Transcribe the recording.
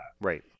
Right